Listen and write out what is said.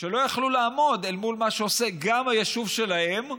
שלא יכלו לעמוד אל מול מה שעושה גם היישוב שלהם,